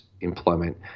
employment